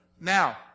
Now